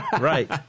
Right